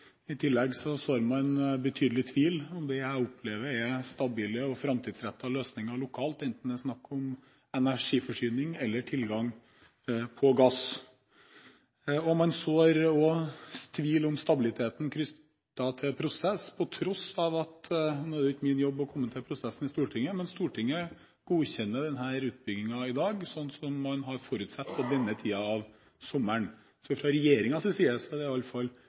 I tillegg sår man betydelig tvil om det jeg opplever er stabile og framtidsretta løsninger lokalt, enten det er snakk om energiforsyning eller tilgang på gass. Man sår også tvil om stabiliteten knyttet til prosessen. Nå er det ikke min jobb å kommentere prosessen i Stortinget, men Stortinget godkjenner denne utbyggingen i dag på denne siden av sommeren som man har forutsatt. Fra regjeringens side er det i alle fall grunn til å si at dette er ikke noe problem. Så er det